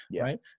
right